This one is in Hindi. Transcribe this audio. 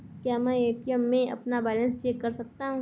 क्या मैं ए.टी.एम में अपना बैलेंस चेक कर सकता हूँ?